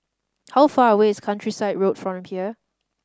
how far away is Countryside Road from here